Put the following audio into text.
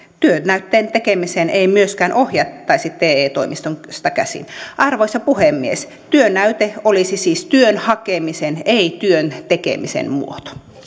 työnäytteen tekemiseen ei myöskään ohjattaisi te toimistosta käsin arvoisa puhemies työnäyte olisi siis työn hakemisen ei työn tekemisen muoto